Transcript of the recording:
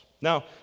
Now